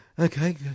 Okay